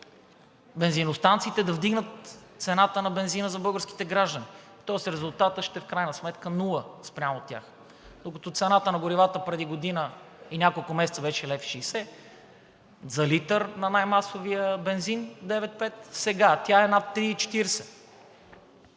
бензиностанциите да вдигнат цената на бензина за българските граждани, тоест резултатът в крайна сметка ще е нула спрямо тях. Докато цената на горивата преди година и няколко месеца беше 1,60 лв. за литър на най-масовия бензин – А 95, сега тя е над 3,40